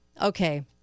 okay